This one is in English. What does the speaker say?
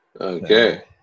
Okay